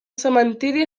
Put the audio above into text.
cementiri